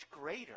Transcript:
greater